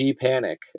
panic